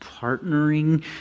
partnering